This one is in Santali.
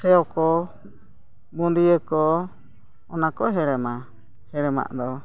ᱥᱮᱣ ᱠᱚ ᱵᱩᱫᱤᱭᱟᱹ ᱠᱚ ᱚᱱᱟ ᱠᱚ ᱦᱮᱬᱮᱢᱟ ᱦᱮᱬᱮᱢᱟᱜ ᱫᱚ